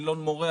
אילון מורה,